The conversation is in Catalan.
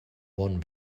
bon